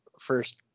first